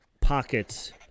pockets